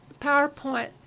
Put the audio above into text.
PowerPoint